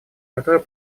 который